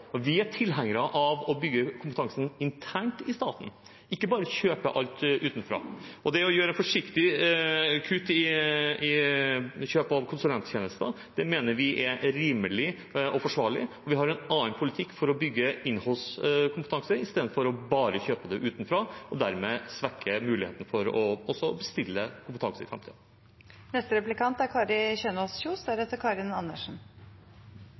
staten. Vi er tilhengere av å bygge kompetansen internt i staten og ikke bare kjøpe alt utenfra. Det å gjøre forsiktige kutt i kjøp av konsulenttjenester mener vi er rimelig og forsvarlig, og vi har en annen politikk for å bygge «in-house»-kompetanse i stedet for bare å kjøpe den utenfra og dermed svekke muligheten for også å bestille kompetanse i framtiden. Arbeiderpartiet viser til at Norge har vedtatt FN-konvensjonen om funksjonshemmedes rettigheter, der tilgang til skolebygg er